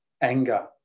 anger